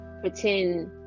pretend